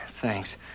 Thanks